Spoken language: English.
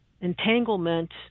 Entanglement